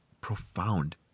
profound